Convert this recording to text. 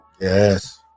yes